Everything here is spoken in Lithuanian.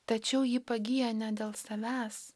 tačiau ji pagyja ne dėl savęs